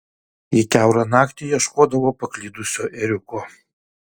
ji kiaurą naktį ieškodavo paklydusio ėriuko